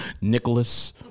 Nicholas